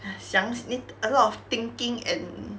ha 想 S need a lot of thinking and